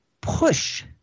push